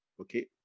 okay